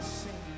sing